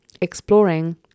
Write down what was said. exploring